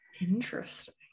Interesting